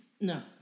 No